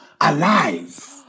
alive